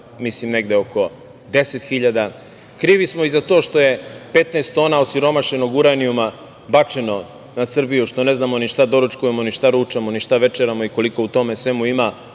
mislim negde oko 10 hiljada. Krivi smo i za to što je 15 tona osiromašenog uranijuma bačeno na Srbiju, što ne znamo ni šta doručkujemo, ni šta ručamo, ni šta večeramo i koliko u tome svemu ima